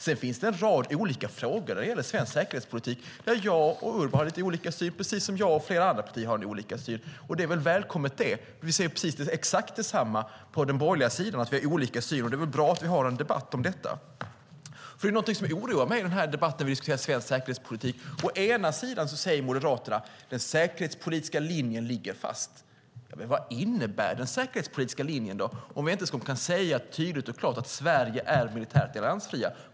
Sedan finns det en rad olika frågor när det gäller svensk säkerhetspolitik där jag och Urban har lite olika syn, precis som Vänsterpartiet och flera andra partier har lite olika syn. Det är väl välkommet. Vi ser exakt detsamma på den borgerliga sidan, och det är bra att vi har en debatt om detta. Någonting som oroar mig i den här debatten när vi diskuterar svensk säkerhetspolitik är att Moderaterna säger att den säkerhetspolitiska linjen ligger fast. Men vad innebär den säkerhetspolitiska linjen om vi inte kan säga tydligt och klart att Sverige är militärt alliansfria?